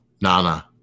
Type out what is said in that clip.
Nana